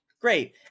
Great